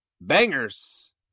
bangers